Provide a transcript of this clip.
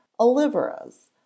Olivera's